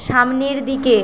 সামনের দিকে